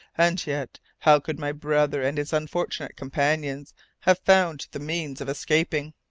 and yet, how could my brother and his unfortunate companions have found the means of escaping?